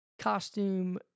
costume